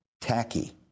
tacky